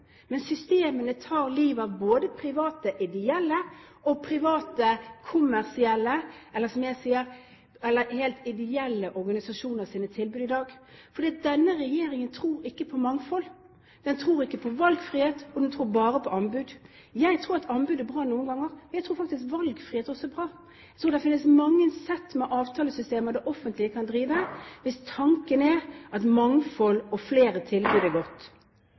men systemene tar livet av både private ideelle og private kommersielle eller helt ideelle organisasjoners tilbud i dag. Denne regjeringen tror ikke på mangfold, den tror ikke på valgfrihet – den tror bare på anbud. Jeg tror at anbud er bra noen ganger, men jeg tror valgfrihet også er bra. Jeg tror det finnes mange sett med avtalesystemer det offentlige kan ha, hvis tanken er at mangfold og flere tilbud er godt.